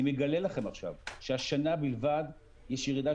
אני מגלה לכם עכשיו שהשנה בלבד יש ירידה